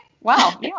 Wow